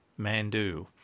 Mandu